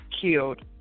killed